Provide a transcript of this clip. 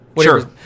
Sure